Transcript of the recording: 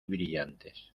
brillantes